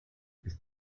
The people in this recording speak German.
ist